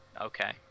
Okay